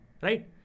Right